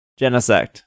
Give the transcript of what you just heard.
Genesect